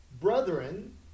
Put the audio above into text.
Brethren